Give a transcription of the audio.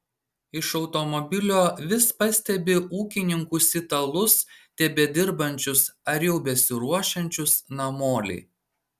iš automobilio vis pastebi ūkininkus italus tebedirbančius ar jau besiruošiančius namolei